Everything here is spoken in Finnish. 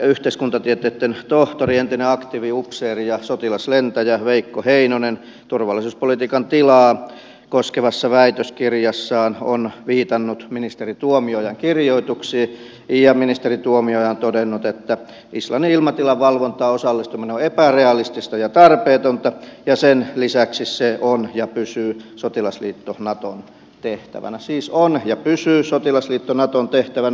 yhteiskuntatieteitten tohtori entinen aktiiviupseeri ja sotilaslentäjä veikko heinonen turvallisuuspolitiikan tilaa koskevassa väitöskirjassaan on viitannut ministeri tuomiojan kirjoituksiin ja ministeri tuomioja on todennut että islannin ilmatilan valvontaan osallistuminen on epärealistista ja tarpeetonta ja sen lisäksi se on ja pysyy sotilasliitto naton tehtävänä siis on ja pysyy sotilasliitto naton tehtävänä